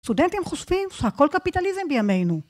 סטודנטים חושבים שהכל קפיטליזם בימינו.